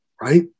right